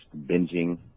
binging